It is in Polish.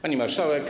Pani Marszałek!